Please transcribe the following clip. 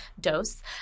dose